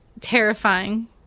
terrifying